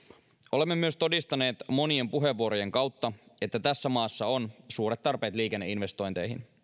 olemme myös todistaneet monien puheenvuorojen kautta että tässä maassa on suuret tarpeet liikenneinvestointeihin